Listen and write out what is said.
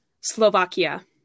Slovakia